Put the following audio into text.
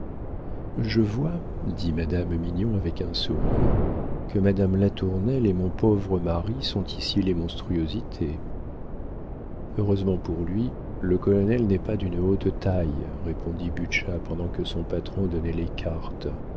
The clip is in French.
je vois dit madame mignon avec un sourire que madame latournelle et mon pauvre mari sont ici les monstruosités heureusement pour lui le colonel n'est pas d'une haute taille répondit butscha pendant que son patron donnait les cartes